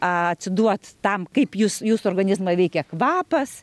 atsiduoti tam kaip jūs jūsų organizmą veikia kvapas